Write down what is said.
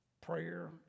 prayer